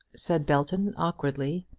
said belton awkwardly.